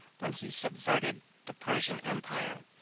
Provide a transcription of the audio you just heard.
when he subverted the persian empire,